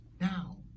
now